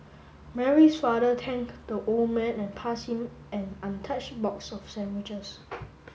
Mary's father thank the old man and passed him an untouched box of sandwiches